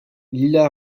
lila